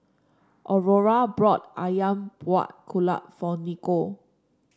Aurora brought ayam Buah Keluak for Nikko